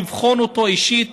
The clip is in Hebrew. לבחון אותו אישית,